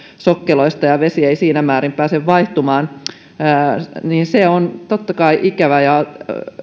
sokkeloista ja vesi ei siinä määrin pääse vaihtumaan se on totta kai ikävä ja